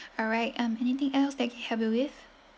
alright um anything else that I can help you with